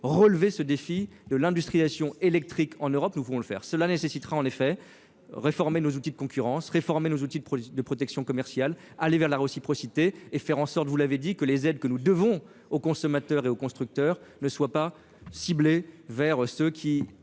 relever ce défi de l'industrie ation électrique en Europe, nous pourrons le faire cela nécessitera en effet réformer nos outils de concurrence réformer nos outils de protection commerciale, aller vers la réciprocité et faire en sorte, vous l'avez dit, que les aides que nous devons aux consommateurs et aux constructeurs ne soit pas ciblées vers ceux qui,